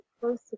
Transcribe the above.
close